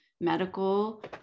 medical